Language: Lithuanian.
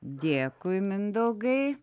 dėkui mindaugai